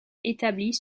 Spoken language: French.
établis